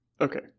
Okay